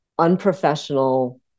unprofessional